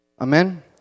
Amen